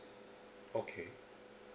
okay